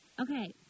Okay